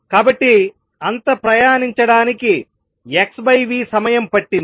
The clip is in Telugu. కాబట్టి అంత ప్రయాణించడానికి x v సమయం పట్టింది